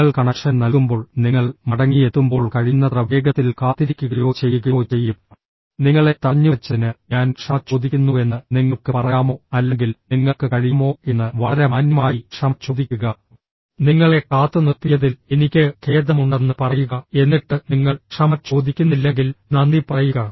നിങ്ങൾ കണക്ഷൻ നൽകുമ്പോൾ നിങ്ങൾ മടങ്ങിയെത്തുമ്പോൾ കഴിയുന്നത്ര വേഗത്തിൽ കാത്തിരിക്കുകയോ ചെയ്യുകയോ ചെയ്യും നിങ്ങളെ തടഞ്ഞുവച്ചതിന് ഞാൻ ക്ഷമ ചോദിക്കുന്നുവെന്ന് നിങ്ങൾക്ക് പറയാമോ അല്ലെങ്കിൽ നിങ്ങൾക്ക് കഴിയുമോ എന്ന് വളരെ മാന്യമായി ക്ഷമ ചോദിക്കുക നിങ്ങളെ കാത്തുനിർത്തിയതിൽ എനിക്ക് ഖേദമുണ്ടെന്ന് പറയുക എന്നിട്ട് നിങ്ങൾ ക്ഷമ ചോദിക്കുന്നില്ലെങ്കിൽ നന്ദി പറയുക